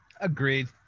agreed